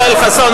יואל חסון,